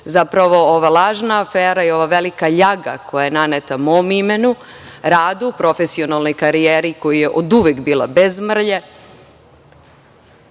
štetu. Zapravo, ova lažna afera i ova velika ljaga koja je naneta mom imenu, radu, profesionalnoj karijeri, koja je oduvek bila bez mrlje,